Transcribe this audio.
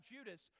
Judas